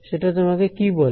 সেটা তোমাকে কি বলে